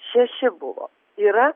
šeši buvo yra